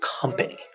company